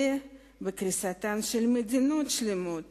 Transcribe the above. אלא בקריסתן של מדינות שלמות